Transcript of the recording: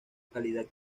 calidad